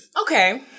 Okay